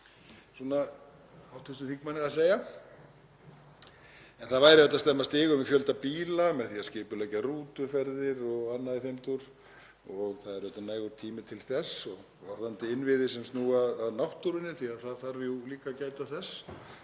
svona hv. þingmanni að segja. En það væri hægt að stemma stigu við fjölda bíla með því að skipuleggja rútuferðir og annað í þeim dúr og það er nægur tími til þess. Varðandi innviði sem snúa að náttúrunni, því það þarf jú líka að gæta þess,